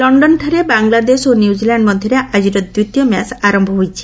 ଲକ୍ଷନଠାରେ ବାଂଲାଦେଶ ଓ ନ୍ୟୁଟ୍ଟିଲ୍ୟାଣ୍ଡ ମଧ୍ୟରେ ଆଜିର ଦ୍ୱିତୀୟ ମ୍ୟାଚ୍ ଆରମ୍ଭ ହୋଇଛି